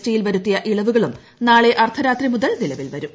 T യിൽ വരുത്തിയ ഇളവുകളും നാളെ അർദ്ധരാത്രി മുതൽ നിലവിൽ വരും